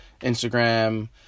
Instagram